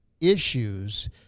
issues